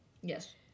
Yes